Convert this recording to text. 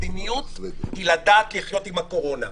מדיניות היא לדעת לחיות עם הקורונה.